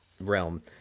realm